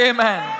Amen